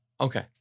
Okay